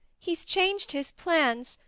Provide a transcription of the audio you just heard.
he's changed his plans,